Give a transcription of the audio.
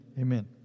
amen